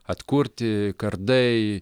atkurti kardai